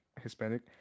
Hispanic